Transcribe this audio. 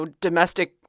domestic